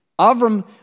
Avram